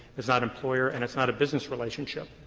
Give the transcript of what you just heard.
it's not employer, and it's not a business relationship.